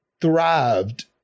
thrived